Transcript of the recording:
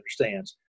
understands